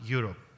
Europe